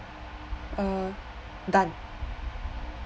uh done